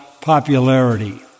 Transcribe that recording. popularity